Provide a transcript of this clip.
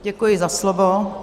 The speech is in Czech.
Děkuji za slovo.